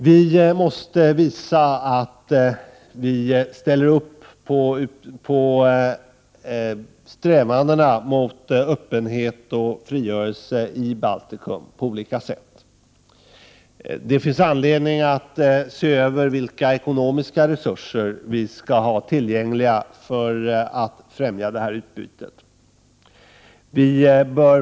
Vidare måste vi på olika sätt visa att vi ställer upp för strävandena mot öppenhet och frigörelse i Baltikum. Det finns anledning att se över vilka ekonomiska resurser vi skall ha tillgängliga för att främja detta utbyte.